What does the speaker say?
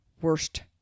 worst